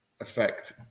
effect